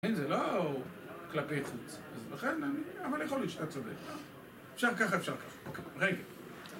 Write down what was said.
אין זה לא כלפי חוץ, אבל יכול להיות שאתה צודק, אפשר ככה, אפשר ככה, רגע.